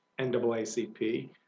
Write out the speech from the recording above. NAACP